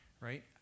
right